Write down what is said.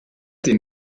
den